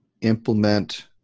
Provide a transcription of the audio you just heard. implement